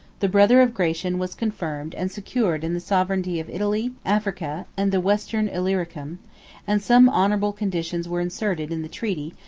the brother of gratian was confirmed and secured in the sovereignty of italy, africa, and the western illyricum and some honorable conditions were inserted in the treaty,